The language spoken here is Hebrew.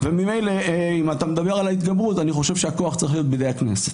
וממילא אם אתה מדבר על ההתגברות אני חושב שהכוח צריך להיות בידי הכנסת.